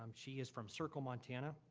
um she is from circle, montana.